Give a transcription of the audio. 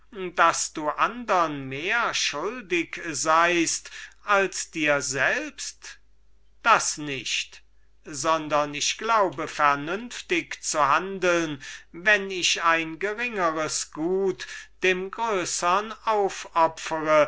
daß du andern mehr schuldig seiest als dir selbst das nicht sondern ich finde für gut ein geringeres vergnügen dem größern aufzuopfern